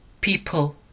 people